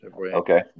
Okay